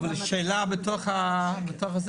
אבל שאלה מותר.